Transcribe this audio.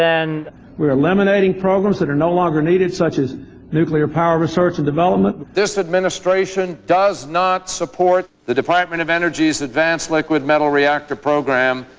then we're eliminating programs that are no longer needed such as nuclear power research and development. this administration does not support the department of energy's advanced liquid metal reactor program,